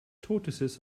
tortoises